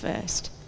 first